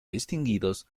distinguidos